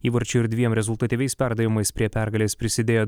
įvarčiu ir dviem rezultatyviais perdavimais prie pergalės prisidėjo